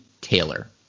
taylor